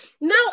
no